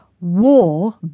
War